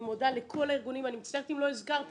אני מודה לכל הארגונים ואני מצטערת אם לא הזכרתי